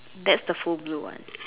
that's the full blue one